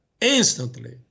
instantly